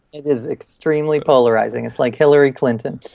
is extremely polarizing. it's like hillary clinton.